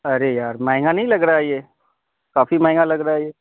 ارے یار مہنگا نہیں لگ رہا ہے یہ کافی مہنگا لگ رہا ہے یہ